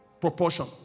proportion